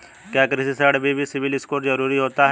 क्या कृषि ऋण में भी सिबिल स्कोर जरूरी होता है?